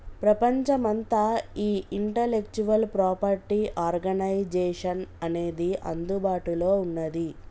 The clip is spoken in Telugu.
ప్రపంచమంతా ఈ ఇంటలెక్చువల్ ప్రాపర్టీ ఆర్గనైజేషన్ అనేది అందుబాటులో ఉన్నది